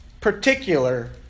particular